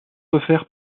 offerts